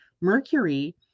Mercury